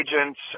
agents